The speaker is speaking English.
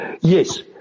Yes